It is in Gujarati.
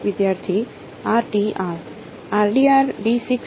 વિદ્યાર્થી r d r